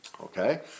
okay